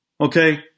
Okay